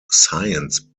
science